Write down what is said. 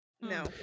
No